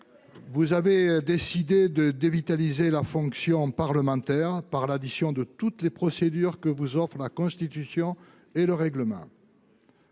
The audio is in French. Vous avez décidé de dévitaliser la fonction parlementaire par l'addition de toutes les procédures que vous offrent la Constitution et le règlement.